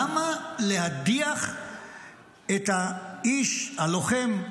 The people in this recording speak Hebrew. למה להדיח את האיש הלוחם,